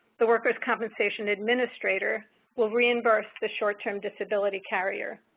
the workers compensation administrators will reimburse the short-term disability carrier.